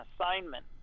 assignment